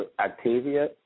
Octavia